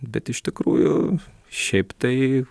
bet iš tikrųjų šiaip tai